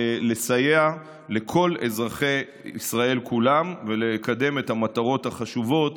לסייע לכל אזרחי ישראל כולם ולקדם את המטרות החשובות